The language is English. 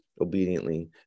obediently